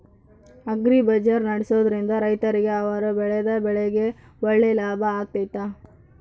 Agri bazaar ನಡೆಸ್ದೊರಿಂದ ರೈತರಿಗೆ ಅವರು ಬೆಳೆದ ಬೆಳೆಗೆ ಒಳ್ಳೆ ಲಾಭ ಆಗ್ತೈತಾ?